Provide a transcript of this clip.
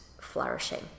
flourishing